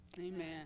Amen